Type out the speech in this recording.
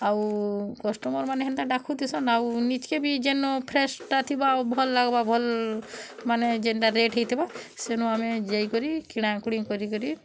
ଆଉ କଷ୍ଟମର୍ମାନେ ହେନ୍ତା ଡାକୁଥିସନ୍ ଆଉ ନିଜ୍କେ ବି ଯେନ ଫ୍ରେସ୍ଟା ଥିବା ଆଉ ଭଲ୍ ଲାଗ୍ବା ମାନେ ଯେନ୍ତା ରେଟ୍ ହେଇଥିବା ସେନ ଆମେ ଯାଇକରି କିଣା କୁଣି କରିକରି